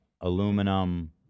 aluminum